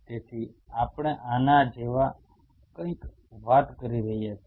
તેથી આપણે આના જેવી કંઈક વાત કરી રહ્યા છીએ